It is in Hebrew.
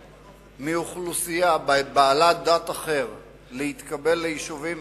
מאוכלוסייה בעלת דת אחרת להתקבל ליישובים,